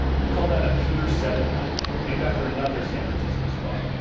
we call that a pier seven ledge, named after another san francisco spot.